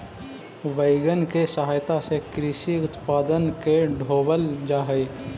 wagon के सहायता से कृषि उत्पादन के ढोवल जा हई